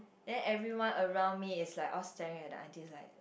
then everyone around me is like all staring at the auntie like